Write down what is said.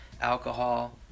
alcohol